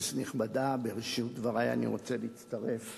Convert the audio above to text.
כנסת נכבדה, בראשית דברי אני רוצה להצטרף